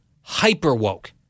hyper-woke